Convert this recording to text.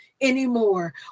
anymore